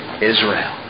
Israel